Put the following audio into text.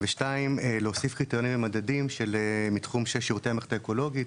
ושתיים להוסיף קריטריונים ומדדים מתחום של שירותי המערכת האקולוגית,